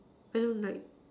I don't like